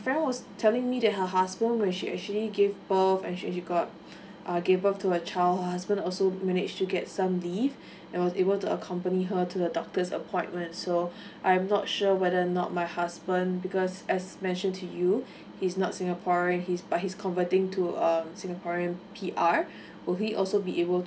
friend was telling me that her husband when she actually gave birth and she actually got err gave birth to her child her husband also managed to get some leave and was able to accompany her to the doctor's appointment so I'm not sure whether not my husband because as mentioned to you he's not singaporean he's but he's converting to a singaporean P_R would he also be able